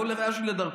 כל אחד לדרכו,